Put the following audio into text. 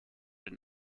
den